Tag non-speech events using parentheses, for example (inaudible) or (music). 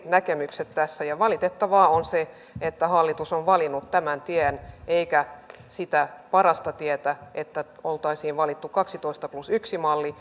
näkemykset tässä ja valitettavaa on se että hallitus on valinnut tämän tien eikä sitä parasta tietä että oltaisiin valittu kaksitoista plus yksi malli (unintelligible)